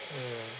mm